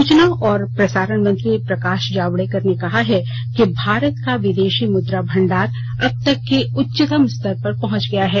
सूचना और प्रसारण मंत्री प्रकाश जावड़ेकर ने कहा है कि भारत का विदेशी मुद्रा भंडार अब तक के उच्चतम स्तर पर पहुंच गया है